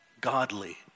godly